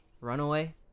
Runaway